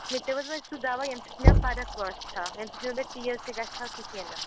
مےٚ دِی تو حظ وَنۍ سُہ دوہ ییٚمہِ سۭتۍ مےٚ فرق باسہِ ہا ییٚمہِ سۭتۍ نہٕ مےٚ بیٚیہِ تیز تہِ گژھِ ہا کِہیٖنۍ نہٕ